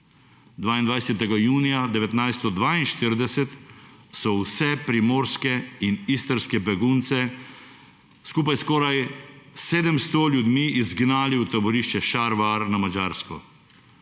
22. junija 1942, so vse primorske in istrske begunce skupaj skoraj 700 ljudmi izgnali v taborišče Šarvar na Madžarsko.